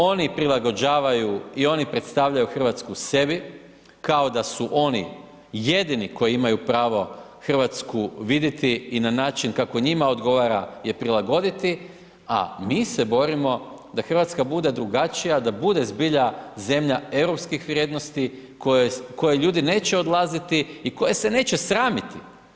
Oni prilagođavaju i oni predstavljaju Hrvatsku sebi kao su oni jedini koji imaju pravo Hrvatsku vidjeti i na način kako njima odgovara je prilagoditi, a mi se borimo da Hrvatska bude drugačija, a bude zbilja zemlja europskih vrijednosti iz koje ljudi neće odlaziti i koje se neće sramiti.